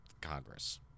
Congress